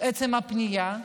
עצם הפנייה,